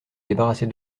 débarrasser